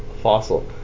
fossil